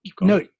no